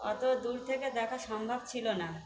অত দূর থেকে দেখা সম্ভব ছিল না